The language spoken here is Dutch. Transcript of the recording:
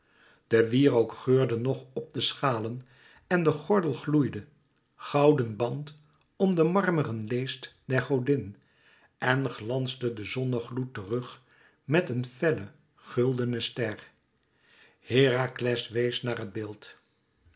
de wierook geurde nog op de schalen en de gordel gloeide gouden band om de marmeren leest der godin en glansde den zongloed terug met een felle guldene ster herakles wees naar het beeld